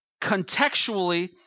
contextually